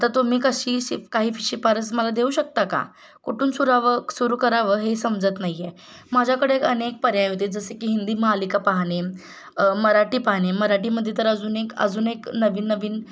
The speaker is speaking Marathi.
आता तुम्ही कशी शिफ काही शिफारस मला देऊ शकता का कुठून सुरावं सुरू करावं हे समजत नाही आहे माझ्याकडे अनेक पर्याय होते जसे की हिंदी मालिका पाहणे मराठी पाहणे मराठीमध्ये तर अजून एक अजून एक नवीन नवीन